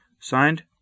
Signed